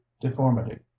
deformity